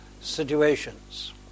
situations